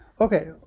okay